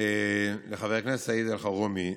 לחבר הכנסת סעיד אלחרומי,